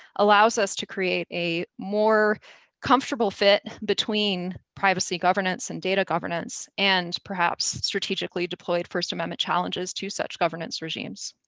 allows us to create a more comfortable fit between privacy governance and data governance, and perhaps strategically deployed first amendment challenges to such governance regime. so